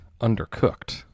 undercooked